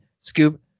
scoop